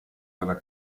della